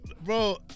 Bro